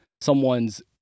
someone's